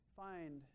find